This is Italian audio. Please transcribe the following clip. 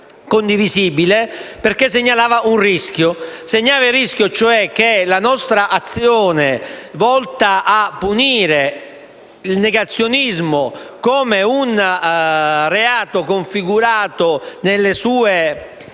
condivisibile perché segnalava il rischio che la nostra azione, volta a punire il negazionismo come un reato configurato a partire